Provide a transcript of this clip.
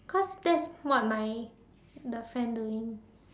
cause that's what my the friend doing